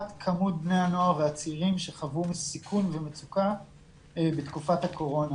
מספר בני הנוער והצעירים שחוו סיכון ומצוקה בתקופת הקורונה.